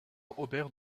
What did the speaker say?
robert